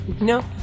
No